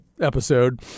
episode